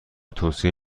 توصیه